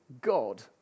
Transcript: God